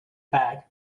bag